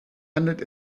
handelt